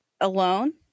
alone